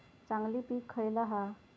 चांगली पीक खयला हा?